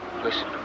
Listen